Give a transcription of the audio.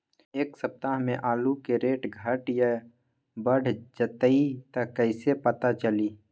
एक सप्ताह मे आलू के रेट घट ये बढ़ जतई त कईसे पता चली?